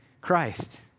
Christ